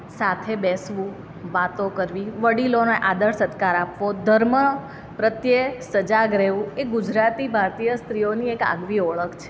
સાથે બેસવું વાતો કરવી વડીલોને આદર સત્કાર આપવો ધર્મ પ્રત્યે સજાગ રહેવું એ ગુજરાતી ભારતીય સ્ત્રીઓની એક આગવી ઓળખ છે